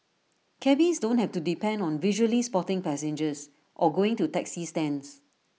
cabbies don't have to depend on visually spotting passengers or going to taxi stands